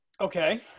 Okay